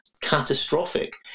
catastrophic